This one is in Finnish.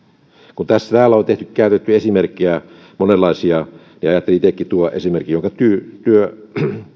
kun täällä on käytetty monenlaisia esimerkkejä niin ajattelin itsekin tuoda esimerkin jonka työ